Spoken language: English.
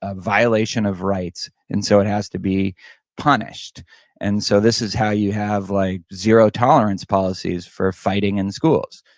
ah violation of rights, and so it has to be punished and so this is how you have like zero tolerance policies for fighting in schools.